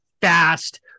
fast